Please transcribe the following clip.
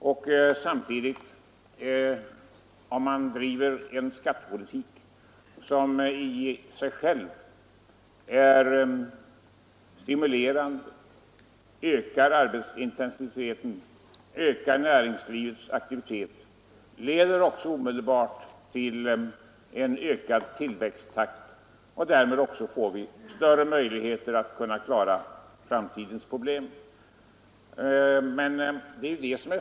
Om man samtidigt driver en skattepolitik som i sig själv är stimulerande, ökar arbetsintensiteten och ökar näringslivets aktivitet så leder det också omedelbart till en ökad tillväxttakt, och därmed får vi större möjligheter att klara framtidens problem.